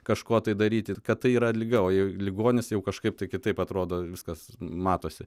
kažko tai daryti kad tai yra liga o jei ligonis jau kažkaip kitaip atrodo viskas matosi